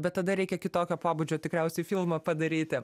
bet tada reikia kitokio pobūdžio tikriausiai filmą padaryti